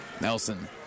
Nelson